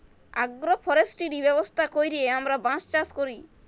agro forestry ব্যবস্থা ক্যইরে আমরা বাঁশ চাষ ক্যরি